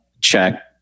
check